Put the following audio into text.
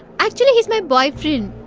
actually he is my boyfriend.